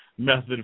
method